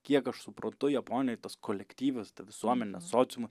kiek aš suprantu japonijoj tas kolektyvas visuomenės sociumas